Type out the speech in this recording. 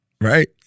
Right